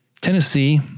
Tennessee